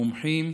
מומחים,